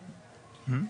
הנדל"ן,